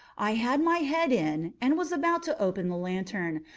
i had my head in, and was about to open the lantern,